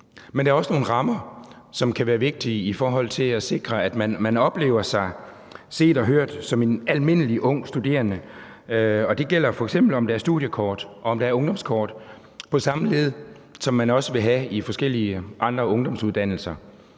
Men der er også nogle rammer, som kan være vigtige i forhold til at sikre, at man oplever, at man bliver set og hørt som en almindelig ung studerende. Det gælder f.eks., om der er studiekort, og om der er ungdomskort på samme led, som der også er på forskellige andre ungdomsuddannelser,